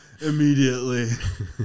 immediately